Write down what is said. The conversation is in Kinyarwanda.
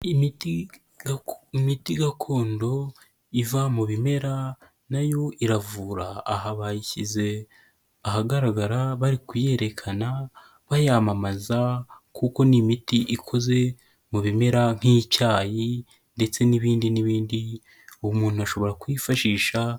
Imiti gakondo iva mu bimera na yo iravura, aha bayishyize ahagaragara bari kuyerekana bayamamaza kuko n'imiti ikoze mu bimera nk'icyayi ndetse n'ibindi n'ibindi, ubu umuntu ashobora kuyifashisha.